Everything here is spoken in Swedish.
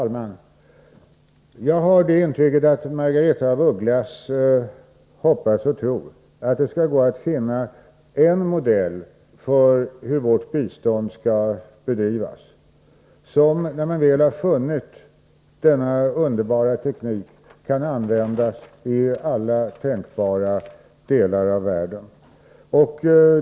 Fru talman! Jag har det intrycket att Margaretha af Ugglas hoppas och tror att det går att finna er modell för hur vårt bistånd skall bedrivas som, när man väl funnit denna underbara modell, kan användas i alla tänkbara delar av världen.